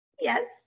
Yes